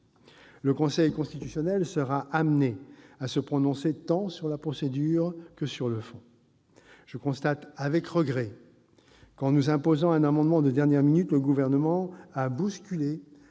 Le Conseil constitutionnel sera amené à se prononcer, tant sur la procédure que sur le fond. Je constate avec regret que, en nous imposant un amendement de dernière minute, le Gouvernement a bousculé,